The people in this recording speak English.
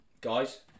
guys